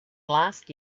last